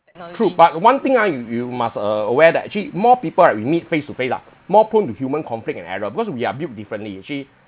true but one thing I with you must uh aware that actually more people are we meet face-to-face lah more prone to human conflict and error because we are built differently actually